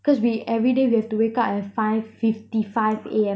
cause we everyday we have to wake up at five fifty five A_M